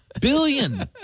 billion